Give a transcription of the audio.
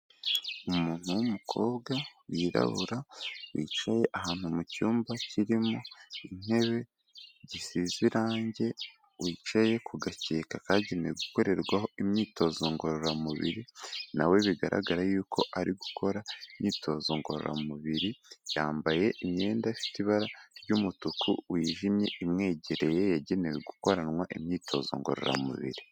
Umuntu wumukobwa wirabura, wicaye ahantu mu cyumba kirimo intebe gisize irangi, wicaye ku gakeka kagenewe gukorerwaho imyitozo ngororamubiri, na we bigaragara yuko ari gukora imyitozo ngororamubiri, yambaye imyenda ifite ibara ry'umutuku wijimye imwegereye, yagenewe gukoranwa imyitozo ngororamubiri.